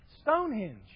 Stonehenge